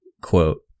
quote